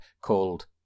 called